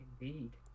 Indeed